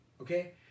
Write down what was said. okay